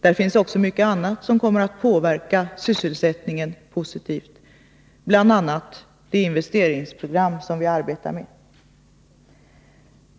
Där finns också mycket annat som kommer att påverka sysselsättningen positivt, bl.a. det investeringsprogram som vi arbetar med.